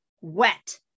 wet